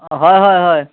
অঁ হয় হয় হয়